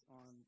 on